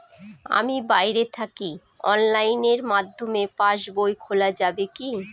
আমি বাইরে থাকি অনলাইনের মাধ্যমে পাস বই খোলা যাবে কি?